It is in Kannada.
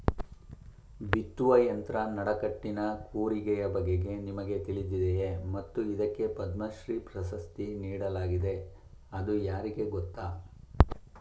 ಬಿತ್ತುವ ಯಂತ್ರ ನಡಕಟ್ಟಿನ ಕೂರಿಗೆಯ ಬಗೆಗೆ ನಿಮಗೆ ತಿಳಿದಿದೆಯೇ ಮತ್ತು ಇದಕ್ಕೆ ಪದ್ಮಶ್ರೀ ಪ್ರಶಸ್ತಿ ನೀಡಲಾಗಿದೆ ಅದು ಯಾರಿಗೆ ಗೊತ್ತ?